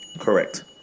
Correct